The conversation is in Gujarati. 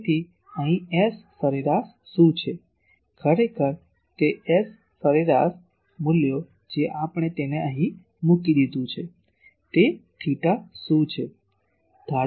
તેથી અહીં S સરેરાશ શું છે ખરેખર તે S સરેરાશ મૂલ્યો જે આપણે તેને અહીં મુકી દીધું છે તે થેટા શું છે